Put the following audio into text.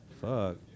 Fuck